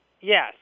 Yes